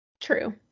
True